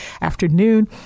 afternoon